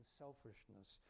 selfishness